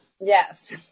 Yes